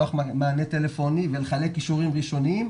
לפתוח מענה טלפוני ולחלק אישורים ראשוניים.